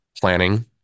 planning